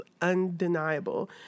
undeniable